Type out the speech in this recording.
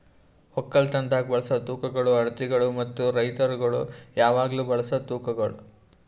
ಒಕ್ಕಲತನದಾಗ್ ಬಳಸ ತೂಕಗೊಳ್, ಅಳತಿಗೊಳ್ ಮತ್ತ ರೈತುರಗೊಳ್ ಯಾವಾಗ್ಲೂ ಬಳಸ ತೂಕಗೊಳ್